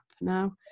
now